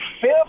fifth